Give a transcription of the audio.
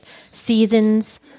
seasons